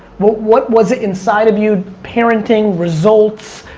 what what was it inside of you, parenting, results,